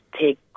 take